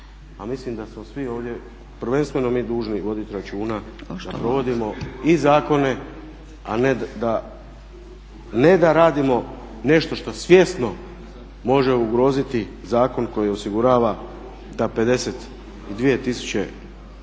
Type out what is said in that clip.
a mislim da smo svi ovdje prvenstveno mi dužni voditi računa da provodimo i zakone a ne da radimo nešto što svjesno može ugroziti zakon koji osigurava da 52 tisuće